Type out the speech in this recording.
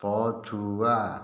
ପଛୁଆ